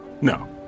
No